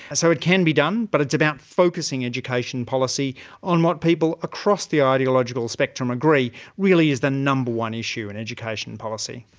so it can be done but it's about focusing education policy on what people across the ideological spectrum agree really is the number one issue in education policy.